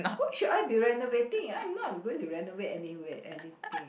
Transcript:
why should I be renovating I am not going to renovate anywhere anything